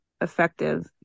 effective